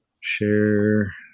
Share